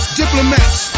diplomats